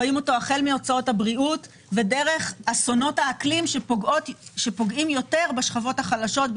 החל מהוצאות הבריאות ודרך אסונות האקלים שפוגעים יותר בשכבות החלשות,